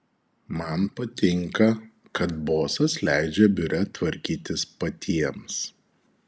man patinka kad bosas leidžia biure tvarkytis patiems